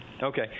Okay